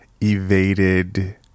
evaded